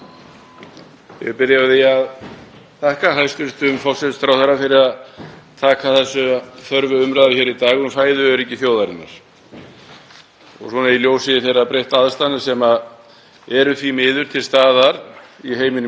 þjóðarinnar í ljósi þeirra breyttu aðstæðna sem eru því miður til staðar í heiminum í dag. Áherslupunktar og spurningar í þessari umræðu eru fimm talsins og ætla ég að fara yfir þá.